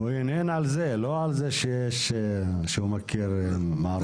הוא הנהן על זה, לא על זה שהוא מכיר מערכת.